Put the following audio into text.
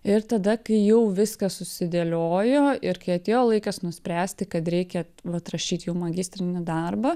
ir tada kai jau viskas susidėliojo ir kai atėjo laikas nuspręsti kad reikia vat rašyt jau magistrinį darbą